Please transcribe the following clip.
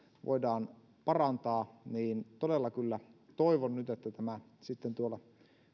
voidaan parantaa ja todella kyllä toivon nyt että tämä tuolla